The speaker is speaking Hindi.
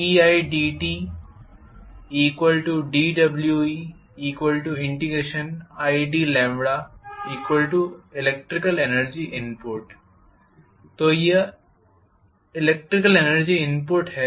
eidtdWeidइलेक्ट्रिकल एनर्जी इनपुट तो यह इलेक्ट्रिकल एनर्जी इनपुट है